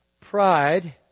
pride